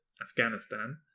Afghanistan